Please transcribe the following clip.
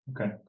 okay